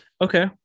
okay